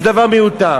זה דבר מיותר.